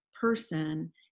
person